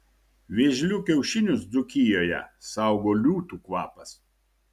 vėžlių kiaušinius dzūkijoje saugo liūtų kvapas